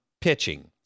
pitching